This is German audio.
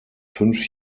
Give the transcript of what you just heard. fünf